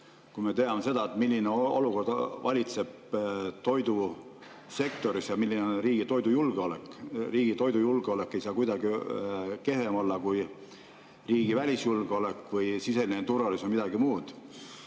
Me teame seda, milline olukord valitseb toidusektoris ja milline on riigi toidujulgeolek. Riigi toidujulgeolek ei [tohi] kuidagi kehvem olla kui riigi välisjulgeolek või sisemine turvalisus või midagi muud.